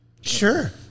Sure